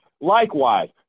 Likewise